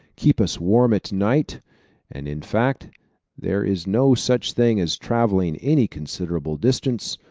keep us warm at night and in fact there is no such thing as travelling any considerable distance,